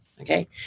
Okay